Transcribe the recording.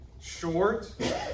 short